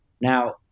Now